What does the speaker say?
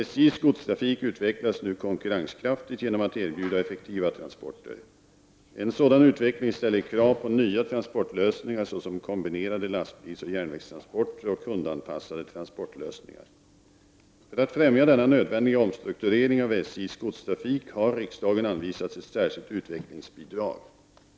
SJs godstrafik utvecklas nu konkurrenskraftigt genom att erbjuda effektiva transporter. En sådan utveckling ställer krav på nya transportlösningar såsom kombinerade lastbilsoch järnvägstransporter och kundanpassade transportlösningar. För att främja denna nödvändiga omstrukturering av SJs godstrafik har riksdagen anvisat ett särskilt utvecklingsbidrag.